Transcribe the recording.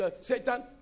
Satan